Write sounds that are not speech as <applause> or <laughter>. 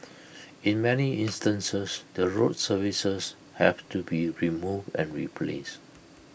<noise> in many instances the road surfaces have to be removed and replaced